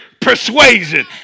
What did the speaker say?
persuasion